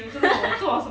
ha ha